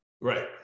Right